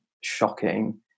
shocking